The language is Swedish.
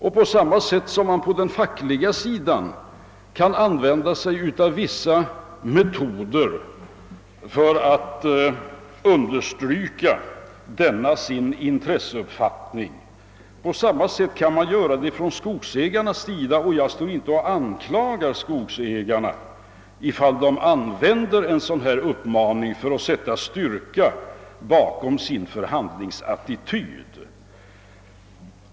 Liksom man på den fackliga sidan kan använda vissa metoder för att understryka sin uppfattning i intressefrågor, kan man göra det från skogsägarnas sida. Jag anklagar inte skogsägarna, om de använder en sådan här uppmaning för att sätta styrka bakom sin förhandlingsattityd.